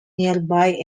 nearby